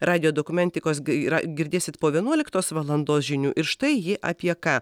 radijo dokumentikos yra girdėsit po vienuoliktos valandos žinių ir štai ji apie ką